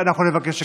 אנחנו נבקש.